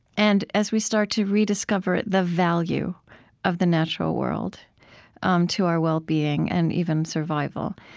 and as we start to rediscover the value of the natural world um to our well-being and even survival,